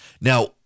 Now